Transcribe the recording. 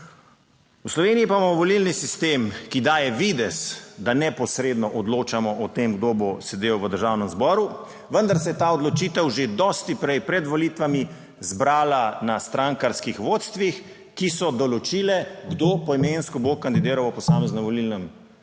V Sloveniji pa imamo volilni sistem, ki daje videz, da neposredno odločamo o tem, kdo bo sedel v Državnem zboru, vendar se je ta odločitev že dosti prej, pred volitvami, zbrala na strankarskih vodstvih, ki so določile, kdo poimensko bo kandidiral v posameznem volilnem okraju,